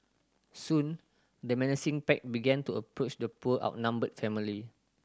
soon the menacing pack began to approach the poor outnumbered family